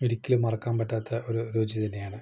ഒരിക്കലും മറക്കാൻ പറ്റാത്ത ഒരു രുചി തന്നെയാണ്